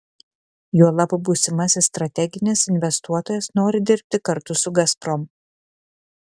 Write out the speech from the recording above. juolab būsimasis strateginis investuotojas nori dirbti kartu su gazprom